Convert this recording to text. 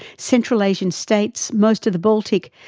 central asian states, most of the baltic,